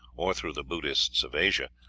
or through the buddhists of asia,